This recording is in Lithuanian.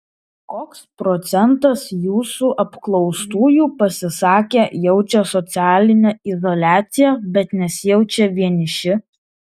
koks procentas jūsų apklaustųjų pasisakė jaučią socialinę izoliaciją bet nesijaučią vieniši